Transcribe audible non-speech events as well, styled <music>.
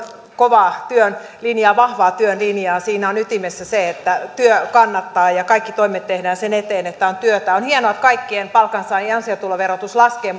kovaa työn linjaa vahvaa työn linjaa siinä on ytimessä se että työ kannattaa ja ja kaikki toimet tehdään sen eteen että on työtä on hienoa että kaikkien palkansaajien ansiotuloverotus laskee <unintelligible>